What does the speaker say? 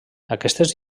aquestes